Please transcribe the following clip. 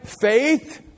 faith